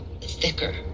thicker